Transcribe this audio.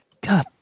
god